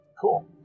Cool